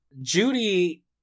Judy